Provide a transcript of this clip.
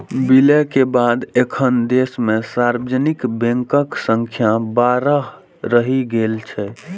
विलय के बाद एखन देश मे सार्वजनिक बैंकक संख्या बारह रहि गेल छै